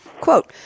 Quote